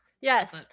Yes